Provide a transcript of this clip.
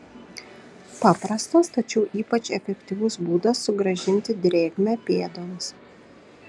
paprastas tačiau ypač efektyvus būdas sugrąžinti drėgmę pėdoms